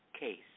case